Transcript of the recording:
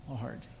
Lord